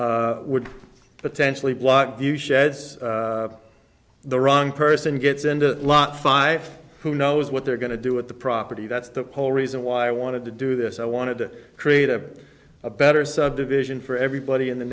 there would potentially block view sheds the wrong person gets in the lot five who knows what they're going to do with the property that's the whole reason why i wanted to do this i wanted to create a a better subdivision for everybody in the